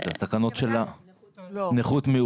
זה התקנות של נכות מיוחדת,